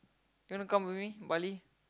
you wanna come with me Bali